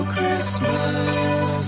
Christmas